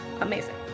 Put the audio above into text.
amazing